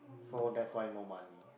so that's why no money